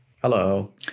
Hello